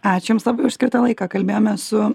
ačiū jums labai už skirtą laiką kalbėjome su